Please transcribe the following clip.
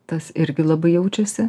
tas irgi labai jaučiasi